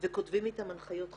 וכותבים איתם הנחיות חדשות,